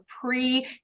pre